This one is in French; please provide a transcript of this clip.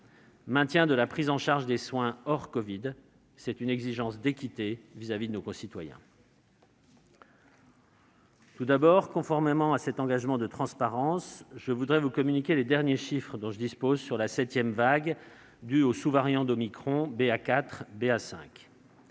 maintien de la prise en charge des soins hors covid, ce qui est une exigence d'équité vis-à-vis de nos concitoyens. Tout d'abord, conformément à mon engagement de transparence, je voudrais vous communiquer les derniers chiffres dont je dispose sur la septième vague, qui est due aux sous-variants d'Omicron BA4 et BA5.